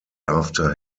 after